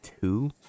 two